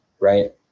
right